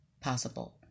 possible